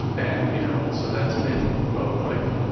and, you know, so that's been both like,